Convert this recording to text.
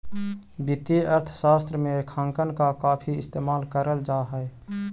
वित्तीय अर्थशास्त्र में रेखांकन का काफी इस्तेमाल करल जा हई